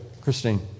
Christine